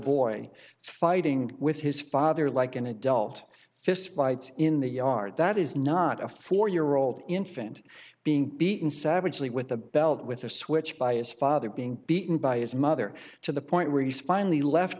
boy fighting with his father like an adult fist fights in the yard that is not a four year old infant being beaten savagely with a belt with a switch by his father being beaten by his mother to the point where he's finally left